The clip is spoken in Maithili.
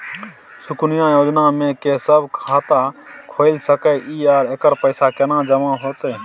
सुकन्या योजना म के सब खाता खोइल सके इ आ एकर पैसा केना जमा होतै?